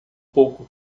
pouco